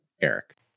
Eric